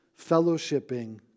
fellowshipping